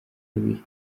kabiri